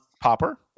Popper